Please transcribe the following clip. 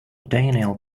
daniel